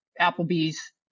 Applebee's